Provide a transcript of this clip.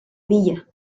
villa